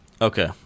Okay